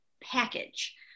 package